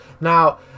Now